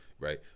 Right